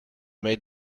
made